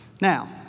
Now